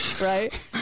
right